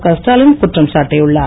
கஸ்டாலின் குற்றம் சாட்டியுள்ளார்